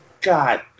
God